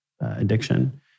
addiction